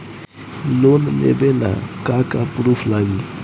Loan लेबे ला का का पुरुफ लागि?